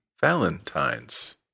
Valentine's